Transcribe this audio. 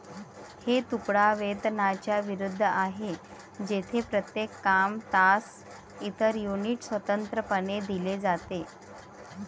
हे तुकडा वेतनाच्या विरुद्ध आहे, जेथे प्रत्येक काम, तास, इतर युनिट स्वतंत्रपणे दिले जाते